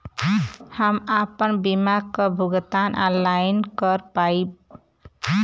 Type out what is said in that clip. हम आपन बीमा क भुगतान ऑनलाइन कर पाईब?